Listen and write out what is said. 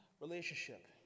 relationship